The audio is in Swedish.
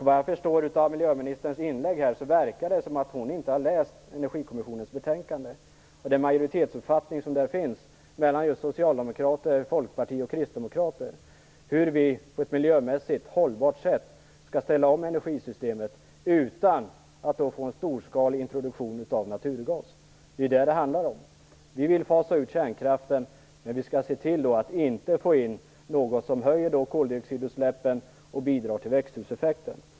Vad jag förstår av miljöministerns inlägg har hon inte läst Energikommissionens betänkande och uppmärksammat den majoritetsuppfattning som där finns mellan socialdemokrater, folkpartister och kristdemokrater och som talar om hur vi på ett miljömässigt hållbart sätt skall ställa om energisystemet utan att få en storskalig introduktion av naturgas. Det är vad det handlar om. Vi vill fasa ut kärnkraften, men vi skall se till att inte få in något som höjer koldioxidutsläppen och bidrar till växthuseffekten.